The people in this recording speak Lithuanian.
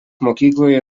mokykloje